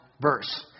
verse